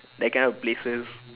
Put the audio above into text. that kind of places